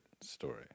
story